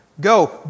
go